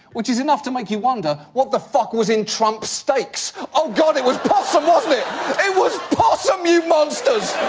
which is enough to make you wonder what the fuck was in trump steaks? oh god, it was possum, wasn't it? it was possum, you monsters!